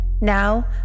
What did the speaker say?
Now